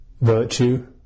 virtue